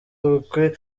ubukwe